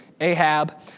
Ahab